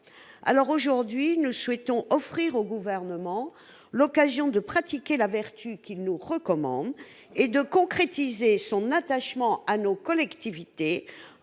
alors aujourd'hui nous souhaitons offrir au gouvernement l'occasion de pratiquer la vertu qu'ils nous recommandent et de concrétiser son attachement à nos collectivités